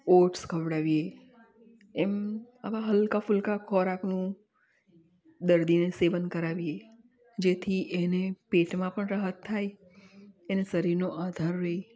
oats ખવડાવીએ એમ આવા હલકા ફુલકા ખોરાકનું દર્દીને સેવન કરાવીએ જેથી એને પેટમાં પણ રાહત થાય એને શરીરનો આધાર રેય